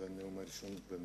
זה הנאום הראשון שלי בנוכחותך.